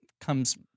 comes